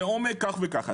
לעומק כך וכך.